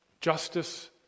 Justice